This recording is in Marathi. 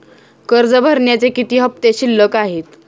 कर्ज भरण्याचे किती हफ्ते शिल्लक आहेत?